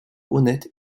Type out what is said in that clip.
honnête